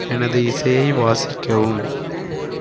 எனது இசையை வாசிக்கவும்